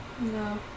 No